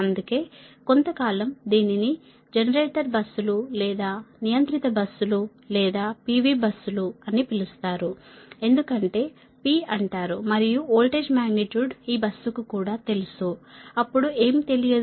అందుకే కొంతకాలం దీనిని జనరేటర్ బస్సులు లేదా నియంత్రిత బస్సులు లేదా P V బస్సులు అని పిలుస్తారు ఎందుకంటే P అంటారు మరియు వోల్టేజ్ మాగ్నిట్యూడ్ ఈ బస్సుకు కూడా తెలుసు అప్పుడు ఏమి తెలియదు